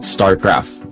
StarCraft